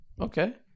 Okay